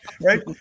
right